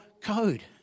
code